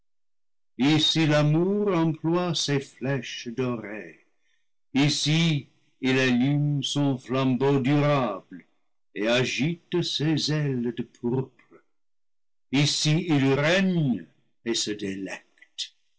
l'amour emploie ses flèches dorées ici il allume son flambeau durable et agite ses ailes de pourpre ici il règne et se délecte